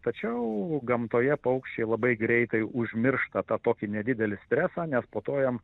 tačiau gamtoje paukščiai labai greitai užmiršta tą tokį nedidelį stresą nes po to jam